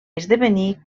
esdevenir